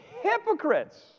hypocrites